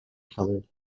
colored